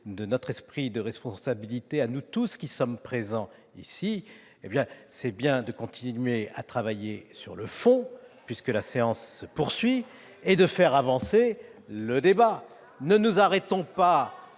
de notre esprit de responsabilité, à nous tous qui sommes présents ce soir, est de continuer à travailler sur le fond, puisque la séance se poursuit, et de faire avancer le débat. La séance a